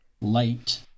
light